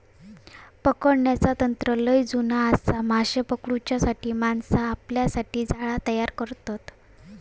पकडण्याचा तंत्र लय जुना आसा, माशे पकडूच्यासाठी माणसा आपल्यासाठी जाळा तयार करतत